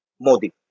Modi